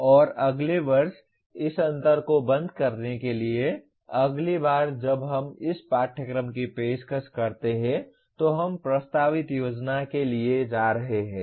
और अगले वर्ष इस अंतर को बंद करने के लिए अगली बार जब हम इस पाठ्यक्रम की पेशकश करते हैं तो हम प्रस्तावित योजना के लिए जा रहे हैं